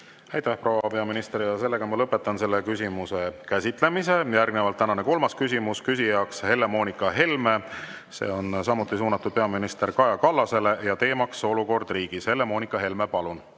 Aitäh, proua peaminister! Ma lõpetan selle küsimuse käsitlemise. Järgnevalt tänane kolmas küsimus, küsija Helle-Moonika Helme. See on samuti suunatud peaminister Kaja Kallasele ja teema on olukord riigis. Helle-Moonika Helme, palun!